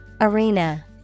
Arena